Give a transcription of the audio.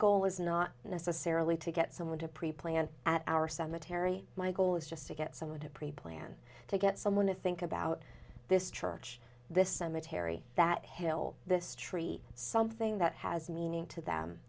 goal is not necessarily to get someone to preplan at our cemetery my goal is just to get someone to preplan to get someone to think about this church this cemetery that hill this tree something that has meaning to them